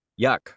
yuck